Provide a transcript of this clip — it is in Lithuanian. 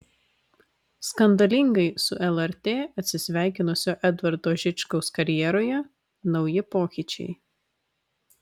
skandalingai su lrt atsisveikinusio edvardo žičkaus karjeroje nauji pokyčiai